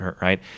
right